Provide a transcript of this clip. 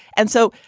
and so,